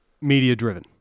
media-driven